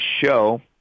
show